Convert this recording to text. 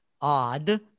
odd